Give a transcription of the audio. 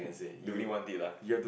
the only want did lah